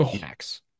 Max